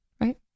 right